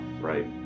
Right